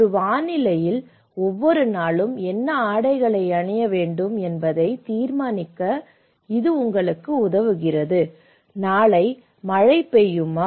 ஒரு வானிலையில் ஒவ்வொரு நாளும் என்ன ஆடைகளை அணிய வேண்டும் என்பதை தீர்மானிக்க இது உங்களுக்கு உதவுகிறது நாளை மழை பெய்யுமா